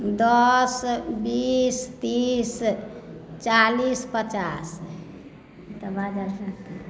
दस बीस तीस चालीस पचास